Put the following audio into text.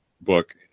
book